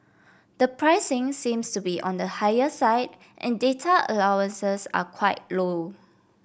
the pricing seems to be on the higher side and data allowances are quite low